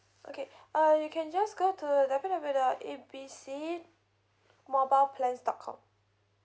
okay uh you can just go to W W W dot A B C mobile plans dot com